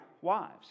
wives